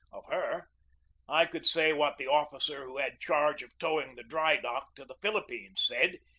of her i could say what the officer who had charge of towing the dry-dock to the philippines said,